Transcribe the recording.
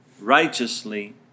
righteously